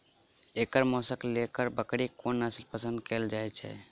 एकर मौशक लेल बकरीक कोन नसल पसंद कैल जाइ छै?